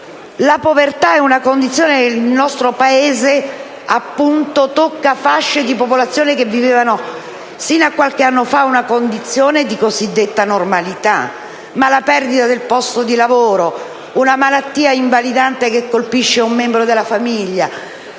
La povertà è una condizione che, nel nostro Paese, tocca fasce di popolazione che sino a qualche anno fa vivevano in una situazione di cosiddetta normalità. Ma la perdita del posto di lavoro, una malattia invalidante che colpisce un membro della famiglia,